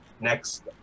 Next